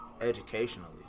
educationally